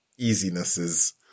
easinesses